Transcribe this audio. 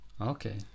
Okay